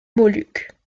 moluques